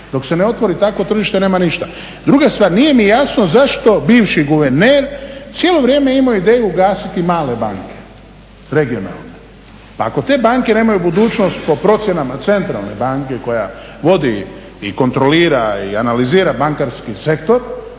Dok se ne otvori takvo tržište nema ništa. Druga stvar, nije mi jasno zašto bivši guverner cijelo vrijeme ima ideju ugasiti male banke regionalne? Pa ako te banke nemaju budućnost po procjenama centralne banke koja vodi i kontrolira i analizira bankarski sektor